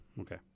Okay